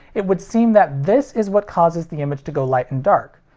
it would seem that this is what causes the image to go light and dark.